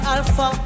Alpha